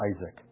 Isaac